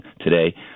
today